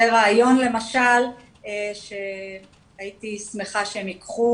זה רעיון למשל שהייתי שמחה שהם יקחו